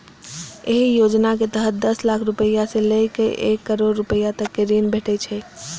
एहि योजना के तहत दस लाख रुपैया सं लए कए एक करोड़ रुपैया तक के ऋण भेटै छै